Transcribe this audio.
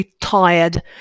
tired